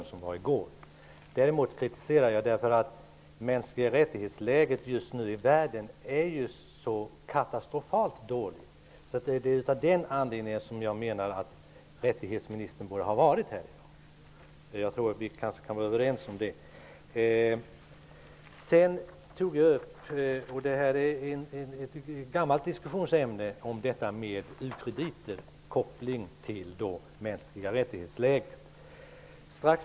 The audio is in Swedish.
Däremot vill jag, eftersom läget när det gäller mänskliga rättigheter i världen just nu är så katastrofalt dåligt, rikta kritik mot att MR ministern inte är här. Jag tror att vi kan vara överens om att han borde ha varit det. Jag tog upp ett gammalt diskussionsämne, nämligen u-krediternas koppling till läget när det gäller mänskliga rättigheter.